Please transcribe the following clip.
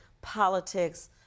politics